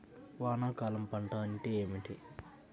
వానాకాలం పంట అంటే ఏమిటి?